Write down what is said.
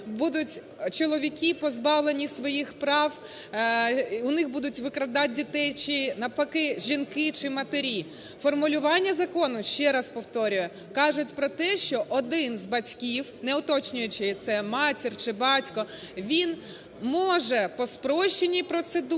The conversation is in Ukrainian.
будуть чоловіки позбавлені своїх прав, у них будуть викрадати дітей чи, навпаки, жінки чи матері. Формулювання закону, ще раз повторюю, каже про те, що один з батьків, не уточнюючи це матір чи батько, він може по спрощеній процедурі,